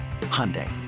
Hyundai